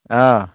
ओ